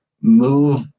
move